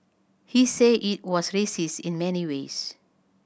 he said it was racist in many ways